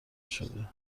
شده